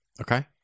Okay